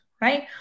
right